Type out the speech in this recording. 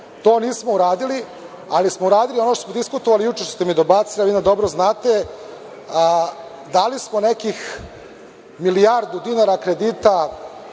To nismo uradili, ali smo uradili ono što smo diskutovali juče, što ste mi dobacili, a vi dobro znate. Dali smo nekih milijardu dinara kredita